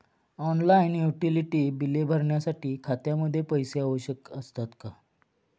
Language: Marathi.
ऑनलाइन युटिलिटी बिले भरण्यासाठी खात्यामध्ये पैसे आवश्यक असतात का?